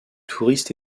touristes